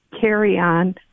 carry-on